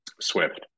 Swift